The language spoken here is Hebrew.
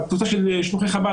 בקבוצה של שלוחי חב"ד,